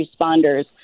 responders